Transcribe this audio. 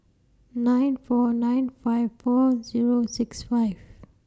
nine four nine five four Zero six five